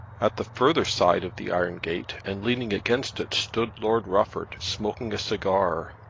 at the further side of the iron gate and leaning against it, stood lord rufford smoking a cigar.